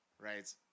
right